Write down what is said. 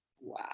Wow